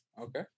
Okay